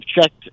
checked